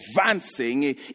advancing